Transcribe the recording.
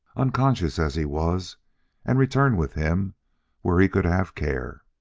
unconscious as he was and return with him where he could have care.